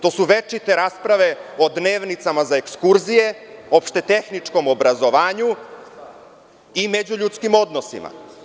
To su večite rasprave o dnevnicama za ekskurzije, opšte-tehničkom obrazovanju i međuljudskim odnosima.